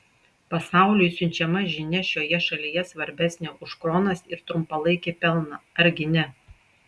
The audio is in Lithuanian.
pasauliui siunčiama žinia šioje šalyje svarbesnė už kronas ir trumpalaikį pelną argi ne